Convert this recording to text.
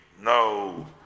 no